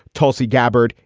tulsi gabbard,